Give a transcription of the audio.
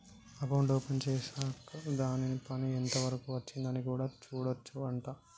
account open చేశాక్ దాని పని ఎంత వరకు వచ్చింది అని కూడా చూడొచ్చు అంట